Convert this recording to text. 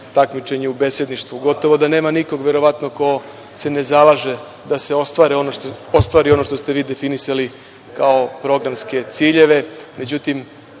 takmičenje u besedništvu. Gotovo da nema nikog verovatno ko se ne zalaže da se ostvari ono što ste vi definisali kao programske ciljeve. Međutim,